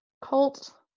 cult